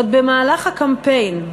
עוד במהלך הקמפיין,